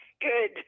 Good